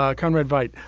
ah conrad right.